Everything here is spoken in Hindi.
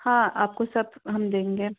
हाँ आपको सब हम देंगे